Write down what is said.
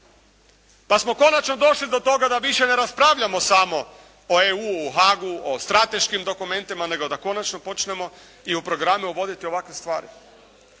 Pa smo konačno došli do toga da više ne raspravljamo samo o EU, o Haagu, o strateškim dokumentima nego da konačno počnemo i u programe uvoditi ovakve stvari.